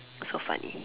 so funny